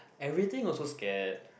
everything also scared